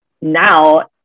now